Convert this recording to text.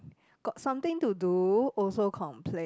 got something to do also complain